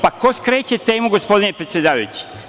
Pa, ko skreće temu, gospodine predsedavajući?